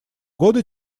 года